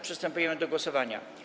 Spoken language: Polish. Przystępujemy do głosowania.